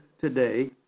today